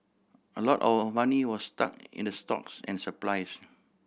a lot of our money was stuck in the stocks and supplies